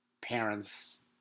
parents